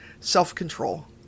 self-control